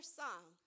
song